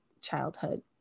childhood